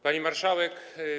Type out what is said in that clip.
Pani Marszałek!